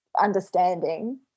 understanding